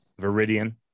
viridian